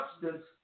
substance